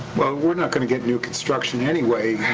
well, we're not gonna get new construction anyway.